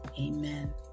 amen